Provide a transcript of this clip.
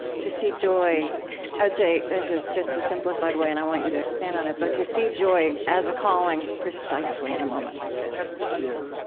to see joy i would say, as as just a simplified way, and i want you to expand on it but to see joy as a calling, precisely in a moment like this yeah